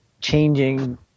changing